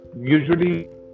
usually